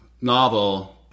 novel